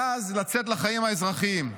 ואז לצאת לחיים האזרחיים,